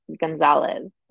Gonzalez